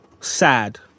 sad